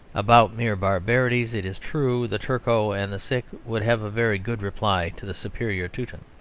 about mere barbarities, it is true, the turco and the sikh would have a very good reply to the superior teuton.